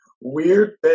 weird